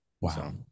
Wow